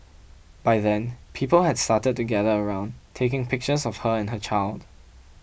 by then people had started to gather around taking pictures of her and her child